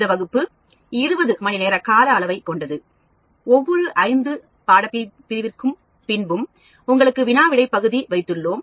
இந்த வகுப்பு 20 மணிநேர கால அளவைக் கொண்டது ஒவ்வொரு ஐந்து பாடப் பிரிவிற்கு பின்பும் உங்களுக்கு வினா விடை பகுதி வைத்துள்ளோம்